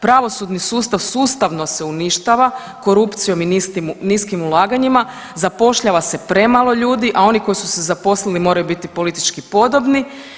Pravosudni sustav sustavno se uništava korupcijom i niskim ulaganjima, zapošljava se premalo ljudi, a oni koji su se zaposlili moraju biti politički podobni.